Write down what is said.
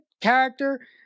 character